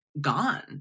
gone